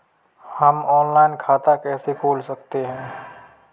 हम ऑनलाइन खाता कैसे खोल सकते हैं?